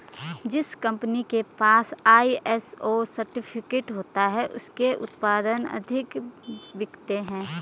जिस कंपनी के पास आई.एस.ओ सर्टिफिकेट होता है उसके उत्पाद अधिक बिकते हैं